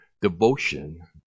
devotion